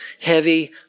heavy